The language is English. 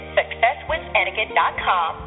successwithetiquette.com